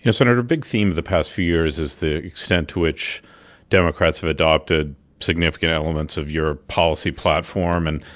you know senator, a big theme of the past few years is the extent to which democrats have adopted significant elements of your policy platform. and.